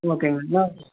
ஓகேங்கண்ணா அண்ணா